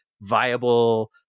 viable